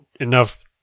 enough